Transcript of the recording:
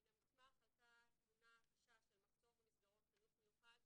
מן המסמך עלתה תמונה קשה של מחסור במסגרות חינוך מיוחד,